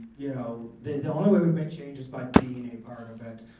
you know the only way we make change is by being a part of it.